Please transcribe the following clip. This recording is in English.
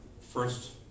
First